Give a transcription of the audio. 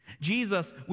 Jesus